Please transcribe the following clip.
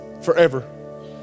forever